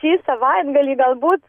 šį savaitgalį galbūt